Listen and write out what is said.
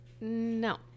no